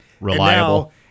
reliable